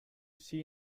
see